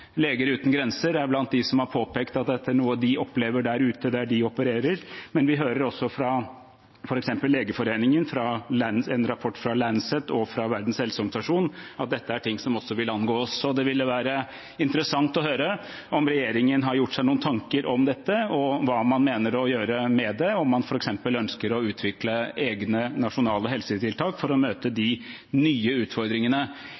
Leger uten grenser er blant dem som har påpekt at dette er noe de opplever der de opererer, men vi hører også fra f.eks. Legeforeningen, i en rapport fra The Lancet og fra Verdens helseorganisasjon at dette er ting som også vil angå oss. Det ville være interessant å høre om regjeringen har gjort seg noen tanker om dette, og hva man mener å gjøre med det – om man f.eks. ønsker å utvikle egne nasjonale helsetiltak for å møte